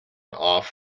off